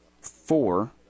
four